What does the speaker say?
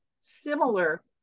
similar